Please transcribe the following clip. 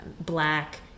black